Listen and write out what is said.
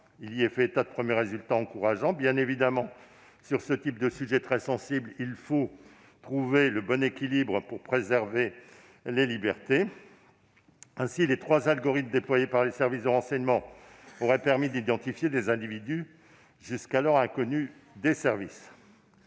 faisant état de premiers résultats encourageants. Évidemment, sur ce type de sujet très sensible, il faut trouver le bon équilibre pour préserver les libertés. Ainsi, les trois algorithmes déployés par les services de renseignement auraient permis d'identifier des individus qui leur étaient jusqu'alors